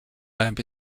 lamp